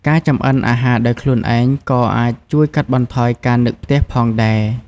ការចម្អិនអាហារដោយខ្លួនឯងក៏អាចជួយកាត់បន្ថយការនឹកផ្ទះផងដែរ។